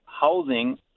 housing